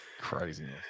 Craziness